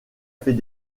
fait